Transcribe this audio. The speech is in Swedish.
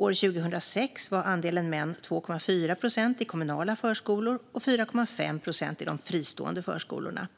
År 2006 var andelen män 2,4 procent i kommunala förskolor och 4,5 procent i de fristående förskolorna.